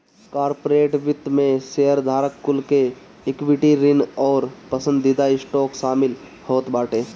corporate वित्त में शेयरधारक कुल के इक्विटी, ऋण अउरी पसंदीदा स्टॉक शामिल होत बाटे